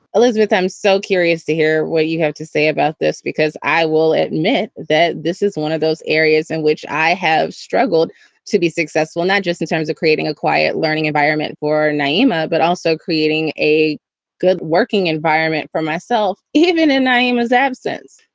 elizabeth. i'm so curious to hear what you have to say about this, because i will admit that this is one of those areas in which i have struggled to be successful, not just in terms of creating a quiet learning environment for nyima, but also creating a good working environment for myself, even in his absence.